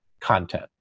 content